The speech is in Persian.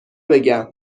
بگم